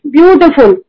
Beautiful